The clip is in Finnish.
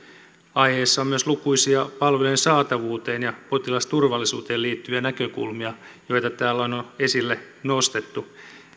aiheessa on myös lukuisia palvelujen saatavuuteen ja potilasturvallisuuteen liittyviä näkökulmia joita täällä on on esille nostettu